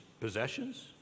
possessions